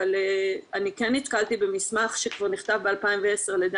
אבל נתקלתי במסמך שכבר נכתב ב-2010 על ידי